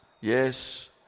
Yes